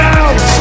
out